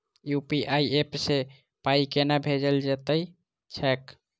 UPI app सँ पाई केना भेजल जाइत छैक?